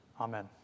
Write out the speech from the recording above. Amen